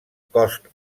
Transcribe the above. cost